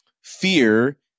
fear